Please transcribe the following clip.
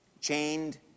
...chained